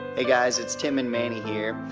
hey, guys, it's tim and manny here.